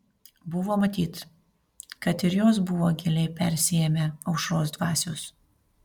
buvo matyt kad ir jos buvo giliai persiėmę aušros dvasios